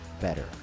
better